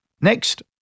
Next